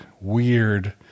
weird